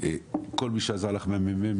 ולכל מי שעזר לך במרכז המחקר והמידע.